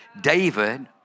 David